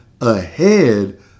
ahead